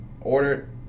ordered